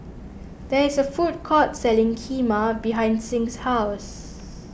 there is a food court selling Kheema behind Sing's house